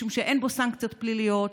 משום שאין בו סנקציות פליליות,